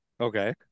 Okay